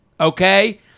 Okay